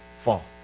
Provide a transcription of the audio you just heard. fall